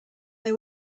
they